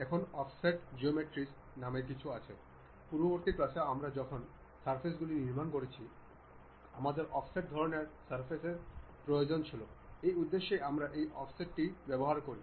এখন offset geometries নামে কিছু আছে পূর্ববর্তী ক্লাসে আমরা যখন সারফেসগুলি নির্মাণ করছি আমাদের অফসেট ধরণের সারফেসের প্রয়োজন ছিল সেই উদ্দেশ্যে আমরা এই অফসেট টি ব্যবহার করি